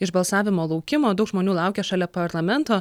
iš balsavimo laukimo daug žmonių laukė šalia parlamento